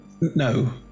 No